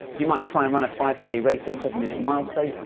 you might try and run a five k race at seven minute miles say,